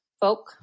folk